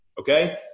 Okay